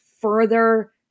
further